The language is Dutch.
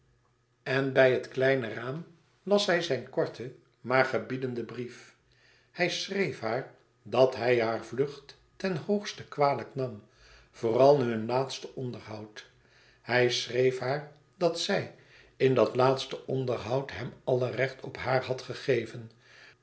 en bij het kleine raam las zij zijn korten maar gebiedenden brief hij schreef haar dat hij haar vlucht ten hoogste kwalijk nam vooral na hun laatste onderhoud hij schreef haar dat zij in dat laatste onderhoud hem alle recht op haar had gegeven